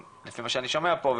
לפי מה שאני שומע פה,